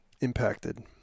impacted